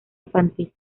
infantil